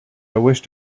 wished